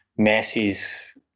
Messi's